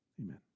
amen